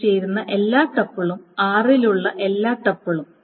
ൽ ചേരുന്ന എല്ലാ ടപ്പിളും r ൽ ഉള്ള എല്ലാ ടപ്പിളും